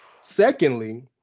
Secondly